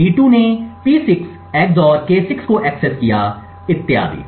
T2 ने P6 XOR K6 को access किया इत्यादि